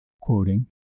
quoting